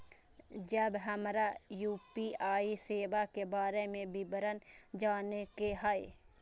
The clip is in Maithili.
जब हमरा यू.पी.आई सेवा के बारे में विवरण जाने के हाय?